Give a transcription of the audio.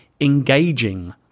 engaging